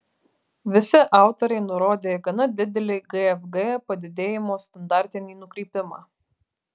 visi autoriai nurodė gana didelį gfg padidėjimo standartinį nukrypimą